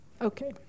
Okay